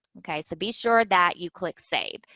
okay? so, be sure that you click save.